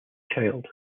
child